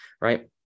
right